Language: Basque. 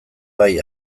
bai